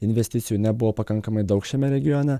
investicijų nebuvo pakankamai daug šiame regione